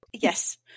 yes